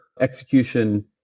execution